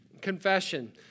Confession